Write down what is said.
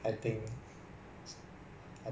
ya but its like like that